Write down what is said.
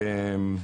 אני